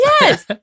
yes